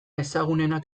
ezagunenak